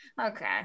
Okay